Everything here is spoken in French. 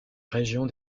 région